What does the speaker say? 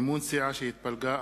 (מימון סיעה שהתפלגה),